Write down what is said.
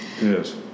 Yes